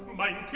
white.